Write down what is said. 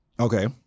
Okay